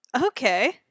Okay